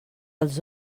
els